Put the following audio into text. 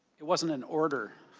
it wasn't an order.